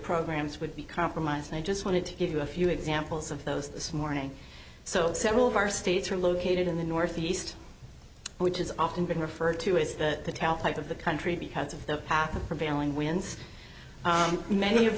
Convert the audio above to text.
programs would be compromised and i just wanted to give you a few examples of those this morning so several of our states are located in the northeast which is often been referred to as the type of the country because of the path of prevailing winds many of